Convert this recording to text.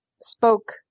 spoke